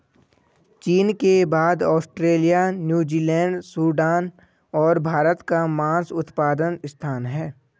चीन के बाद ऑस्ट्रेलिया, न्यूजीलैंड, सूडान और भारत का मांस उत्पादन स्थान है